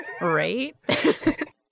right